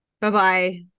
Bye-bye